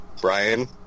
Brian